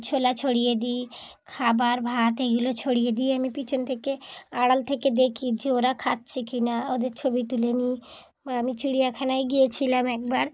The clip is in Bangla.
ছোলা ছড়িয়ে দিই খাবার ভাত এগুলো ছড়িয়ে দিয়ে আমি পিছন থেকে আড়াল থেকে দেখি যে ওরা খাচ্ছে কি না ওদের ছবি তুলে নিই বা আমি চিড়িয়াখানায় গিয়েছিলাম একবার